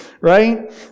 right